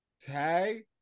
tag